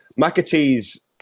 McAtee's